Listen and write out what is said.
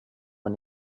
man